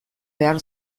behar